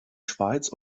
schweiz